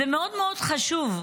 זה מאוד מאוד חשוב.